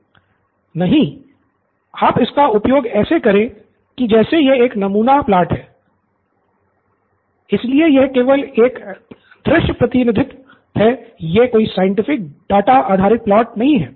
pro बाला नहीं आप इसका उपयोग ऐसे करे कि जैसे यह एक नमूना है यह कोई साइंटिफिक डाटा आधारित प्लॉट नहीं है